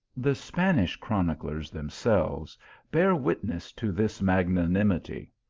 the spanish chroniclers themselves bear witness to this magnanimity.